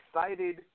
excited